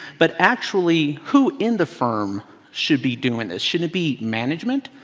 but actually who in the firm should be doing this. should it be management?